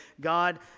God